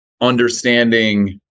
understanding